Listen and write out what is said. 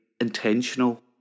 intentional